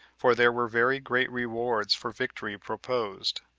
for there were very great rewards for victory proposed,